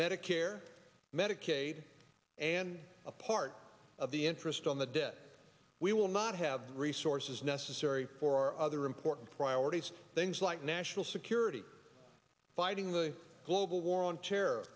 medicare medicaid and a part of the interest on the debt we will not have the resources necessary for other important priorities things like national security fighting the global war on terror